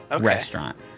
restaurant